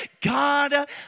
God